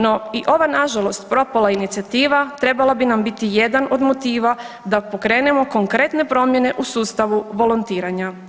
No i ova nažalost propala inicijativa trebala bi nam biti jedan od motiva da pokrenemo konkretne promjene u sustavu volontiranja.